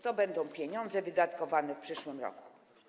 To będą pieniądze wydatkowane w przyszłym roku.